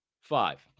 five